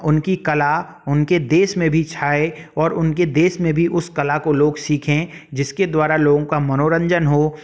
उनकी कला उनके देश में भी छाए और उनके देश में भी उस कला को लोग सीखें जिसके द्वारा लोगों का मनोरंजन हो